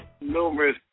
Numerous